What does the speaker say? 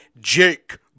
Jake